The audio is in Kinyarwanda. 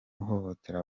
uhohotera